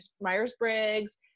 Myers-Briggs